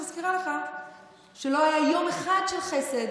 אני מזכירה לך שלא היה יום אחד של חסד